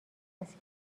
است